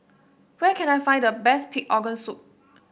where can I find the best Pig Organ Soup